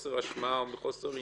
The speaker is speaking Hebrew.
מחוסר אשמה או מחוסר עניין.